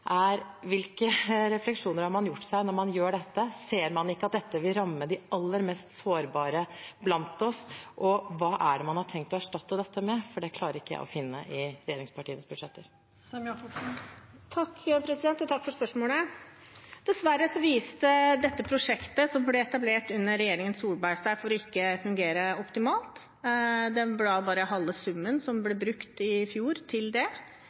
er: Hvilke refleksjoner har man gjort seg når man gjør dette? Ser man ikke at dette vil ramme de aller mest sårbare blant oss, og hva er det man har tenkt å erstatte dette med? Det klarer ikke jeg å finne ut fra regjeringens budsjetter. Takk for spørsmålet. Dessverre viste dette prosjektet, som ble etablert under regjeringen Solberg, seg ikke å fungere optimalt. Bare halve summen ble brukt til det i fjor. Dessuten var det